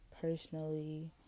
personally